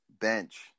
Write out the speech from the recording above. bench